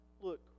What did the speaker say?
Look